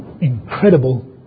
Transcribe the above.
incredible